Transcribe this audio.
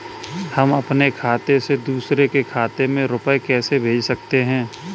हम अपने खाते से दूसरे के खाते में रुपये कैसे भेज सकते हैं?